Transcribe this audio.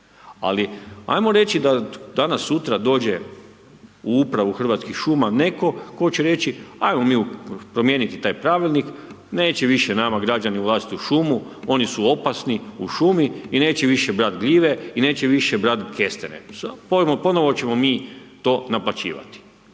Ali hajmo reći da danas sutra dođe u upravu Hrvatskih šuma netko tko će reći hajmo mi promijeniti taj pravilnik. Neće više nama građani ulaziti u šumu. Oni su opasni u šumi i neće više brati gljive i neće više brati kestene. Ponovno ćemo mi to naplaćivati.